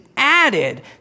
Added